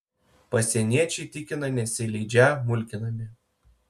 pasieniečiai tikina nesileidžią mulkinami